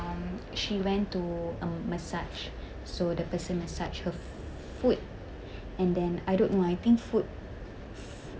um she went to a massage so the person massage her foot and then I don't know I think foot